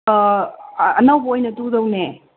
ꯑꯅꯧꯕ ꯑꯣꯏꯅ ꯇꯨꯗꯧꯅꯦ